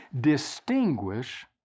Distinguish